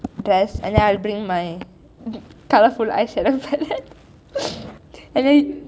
dress and then I'll bring my colorful eye shadow and then